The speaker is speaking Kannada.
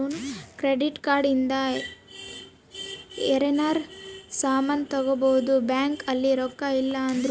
ಕ್ರೆಡಿಟ್ ಕಾರ್ಡ್ ಇಂದ ಯೆನರ ಸಾಮನ್ ತಗೊಬೊದು ಬ್ಯಾಂಕ್ ಅಲ್ಲಿ ರೊಕ್ಕ ಇಲ್ಲ ಅಂದೃನು